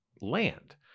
land